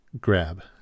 grab